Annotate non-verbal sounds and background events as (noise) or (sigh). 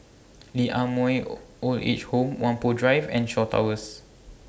Lee Ah Mooi (noise) Old Age Home Whampoa Drive and Shaw Towers